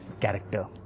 character